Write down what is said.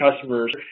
customers